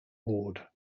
board